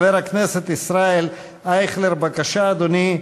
חבר הכנסת ישראל אייכלר, בבקשה, אדוני.